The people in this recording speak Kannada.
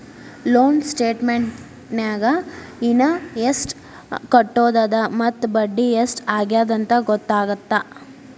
ಲೋನ್ ಸ್ಟೇಟಮೆಂಟ್ನ್ಯಾಗ ಇನ ಎಷ್ಟ್ ಕಟ್ಟೋದದ ಮತ್ತ ಬಡ್ಡಿ ಎಷ್ಟ್ ಆಗ್ಯದಂತ ಗೊತ್ತಾಗತ್ತ